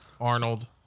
Arnold